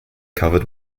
covered